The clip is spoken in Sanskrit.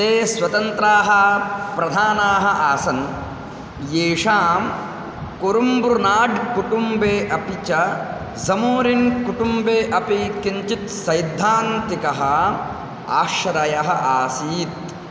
ते स्वतन्त्राः प्रधानाः आसन् येषां कुरुम्ब्रुनाड् कुटुम्बे अपि च ज़मोरिन् कुटुम्बे अपि किञ्चित् सैद्धान्तिकः आश्रयः आसीत्